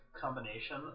combination